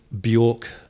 Bjork